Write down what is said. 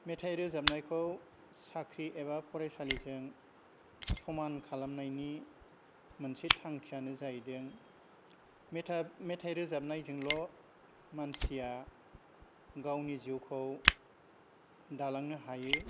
मेथाइ रोजाबनायखौ साख्रि एबा फरायसालिजों समान खालामनायनि मोनसे थांखिआनो जाहैदों मेथाइ मेथाइ रोजाबनायजोंल' मानसिया गावनि जिउखौ दालांनो हायो